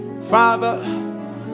Father